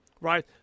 right